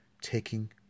taking